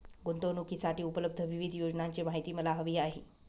गुंतवणूकीसाठी उपलब्ध विविध योजनांची माहिती मला हवी आहे